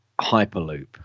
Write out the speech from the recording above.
Hyperloop